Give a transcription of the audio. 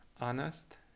honest